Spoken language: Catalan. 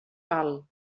val